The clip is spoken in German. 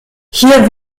hier